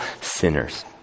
sinners